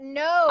no